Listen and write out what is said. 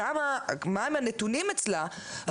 מה הם הנתונים אצלה,